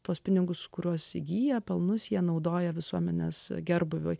tuos pinigus kuriuos įgyja pelnus jie naudoja visuomenės gerbūviui